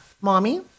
Mommy